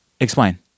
Explain